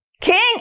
King